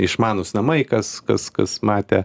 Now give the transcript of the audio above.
išmanūs namai kas kas kas matė